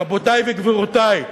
רבותי וגבירותי,